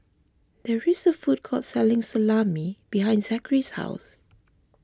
there is a food court selling Salami behind Zackary's house